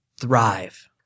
thrive